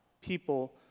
people